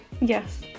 Yes